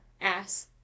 ass